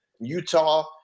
Utah